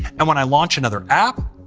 and when i launch another app,